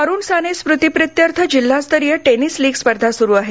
अरुण साने स्मृतिप्रित्यर्थ जिल्हास्तरीय tennis league स्पर्धा सुरु आहेत